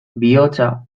bihotza